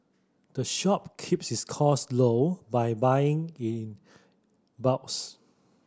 the shop keeps its cost low by buying in bulks